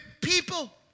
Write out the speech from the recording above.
people